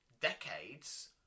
decades